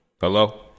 hello